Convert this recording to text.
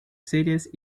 series